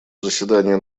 заседание